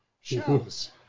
Shows